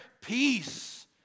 Peace